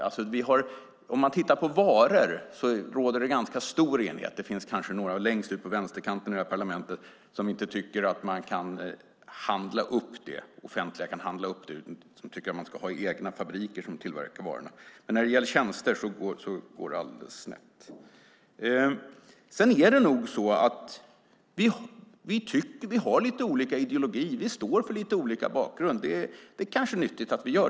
När det gäller varor råder det ganska stor enighet. Det kanske finns några längst ut på vänsterkanten i det här parlamentet som inte tycker att det offentliga kan göra upphandlingar, utan att man ska ha egna fabriker som tillverkar varorna. När det gäller tjänster går det alldeles snett. Vi har olika ideologi och vi har lite olika bakgrund. Det kanske är nyttigt.